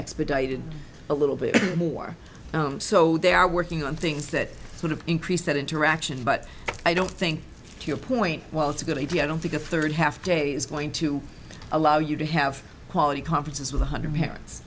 expedited a little bit more so they are working on things that sort of increase that interaction but i don't think to your point while it's a good idea i don't think a third have today is going to allow you to have quality conferences with one hundred